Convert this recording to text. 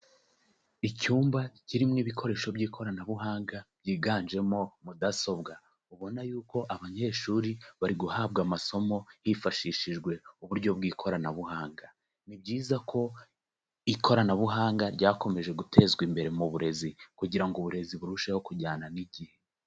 Icyumba kirimo ibikoresho by'ikoranabuhanga byiganjemo mudasobwa, ubona yuko abanyeshuri bari guhabwa amasomo hifashishijwe uburyo bw'ikoranabuhanga, ni byiza ko ikoranabuhanga ryakomeje gutezwa imbere mu burezi kugira ngo uburezi burusheho kujyana n'igihe.